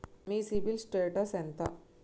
మీ CIBIL status ఎంత?